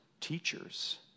teachers